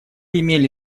имели